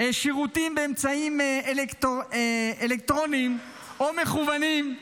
שירותים באמצעים אלקטרוניים או מקוונים,